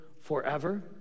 forever